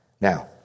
Now